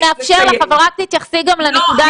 אנחנו נאפשר לך, אבל רק תתייחסי גם לנקודה הזו.